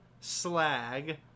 slag